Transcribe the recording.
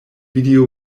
video